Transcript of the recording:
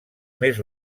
més